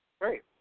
Great